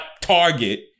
Target